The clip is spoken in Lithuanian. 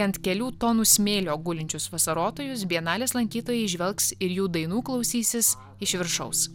ant kelių tonų smėlio gulinčius vasarotojus bienalės lankytojai įžvelgs ir jų dainų klausysis iš viršaus